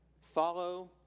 Follow